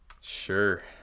Sure